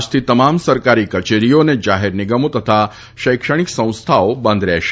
આજથી તમામ સરકારી કચેરીઓ અને જાહેર નિગમો અને શૈક્ષણિક સંસ્થાઓ બંધ રહેશે